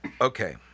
okay